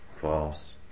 false